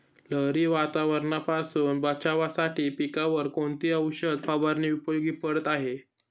लहरी वातावरणापासून बचावासाठी पिकांवर कोणती औषध फवारणी उपयोगी पडत आहे?